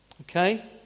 okay